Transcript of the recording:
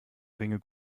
ringe